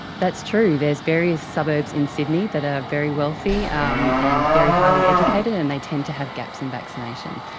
that's true, there are various suburbs in sydney that are ah very wealthy um and very highly educated and they tend to have gaps in vaccination.